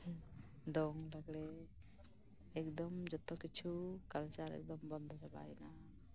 ᱫᱚᱝ ᱞᱟᱜᱽᱲᱮ ᱮᱠᱫᱚᱢ ᱡᱚᱛᱚ ᱠᱤᱪᱷᱩ ᱠᱟᱞᱪᱟᱨ ᱮᱠᱫᱚᱢ ᱵᱚᱱᱫᱚᱜ ᱠᱟᱱᱟ